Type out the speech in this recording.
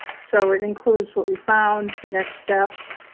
so it includes what we found, the next steps,